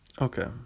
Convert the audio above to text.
Okay